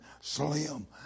slim